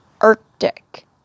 Arctic